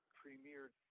premiered